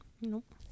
Nope